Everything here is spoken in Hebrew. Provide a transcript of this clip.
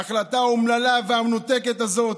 ההחלטה האומללה והמנותקת הזאת,